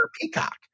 Peacock